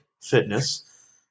fitness